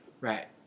Right